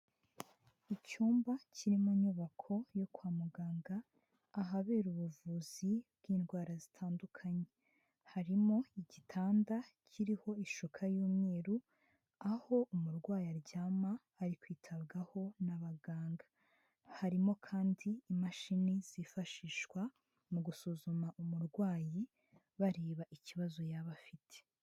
Icyumba kirimo iinyubako yo kwa muganga ahabera ubuvuzi bw'indwara zitandukanye, harimo igitanda kiriho ishuka y'umweru, aho umurwayi aryama ari kwitabwaho n'abaganga, harimo kandi imashini zifashishwa mu gusuzuma umurwayi, bareba ikibazo yaba afite.